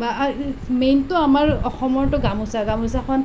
বা মেইনতো আমাৰ অসমৰতো গামোছা গামোছাখন